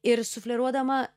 ir sufleruodama